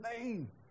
name